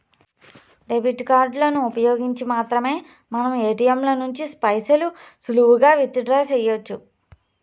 debit కార్డులను ఉపయోగించి మాత్రమే మనం ఏటియంల నుంచి పైసలు సులువుగా విత్ డ్రా సెయ్యొచ్చు